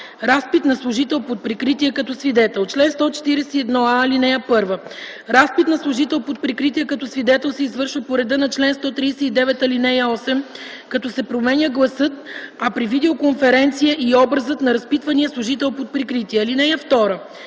„Разпит на служител под прикритие като свидетел Чл. 141а. (1) Разпит на служител под прикритие като свидетел се извършва по реда на чл. 139, ал. 8, като се променя гласът, а при видео конференция - и образът, на разпитвания служител под прикритие. (2)